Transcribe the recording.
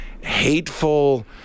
hateful